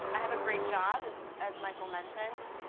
i have a great job, as as michael mentioned.